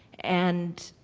and